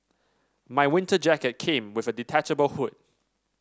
my winter jacket came with a detachable hood